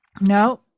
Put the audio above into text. No